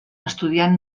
estudiant